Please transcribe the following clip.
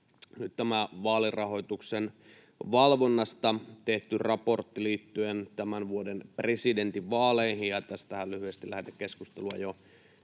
nyt tämä vaalirahoituksen valvonnasta tehty raportti liittyen tämän vuoden presidentinvaaleihin. Tästähän lyhyesti lähetekeskustelua jo viime